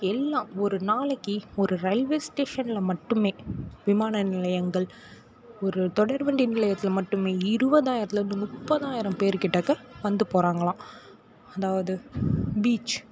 எல்லா ஒரு நாளைக்கு ஒரு ரயில்வே ஸ்டேஷனில் மட்டுமே விமான நிலையங்கள் ஒரு தொடர்வண்டி நிலையத்தில் மட்டுமே இருபதாயரத்துலேந்து முப்பதாயிரம் பேர் கிட்டக்க வந்து போகிறாங்களாம் அதாவது பீச்